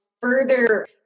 further